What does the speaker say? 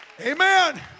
Amen